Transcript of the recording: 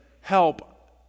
help